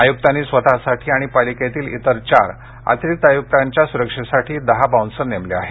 आयुक्तांनी स्वतःसाठी आणि पालिकेतील इतर चार अतिरिक्त आयुक्तांच्या सुरक्षेसाठी दहा बाऊन्सर नेमले आहेत